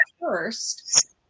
first